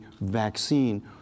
vaccine